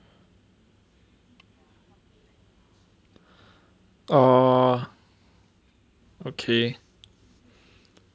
oh okay